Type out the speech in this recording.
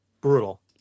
Brutal